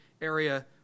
area